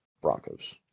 Broncos